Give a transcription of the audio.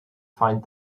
find